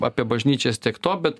apie bažnyčias tiek to bet